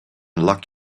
luck